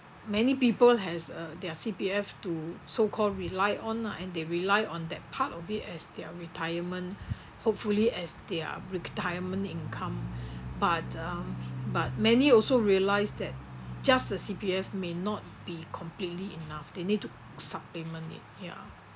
many people has uh their C_P_F to so called rely on lah and they rely on that part of it as their retirement hopefully as their retirement income but um but many also realised that just the C_P_F may not be completely enough they need to supplement it ya